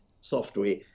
software